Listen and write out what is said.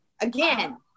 again